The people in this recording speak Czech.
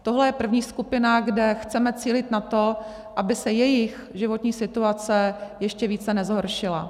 Tohle je první skupina, kde chceme cílit na to, aby se jejich životní situace ještě více nezhoršila.